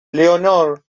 leonor